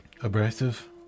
abrasive